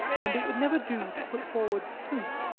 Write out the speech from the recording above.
and it would never do to put forward the truth,